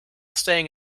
staying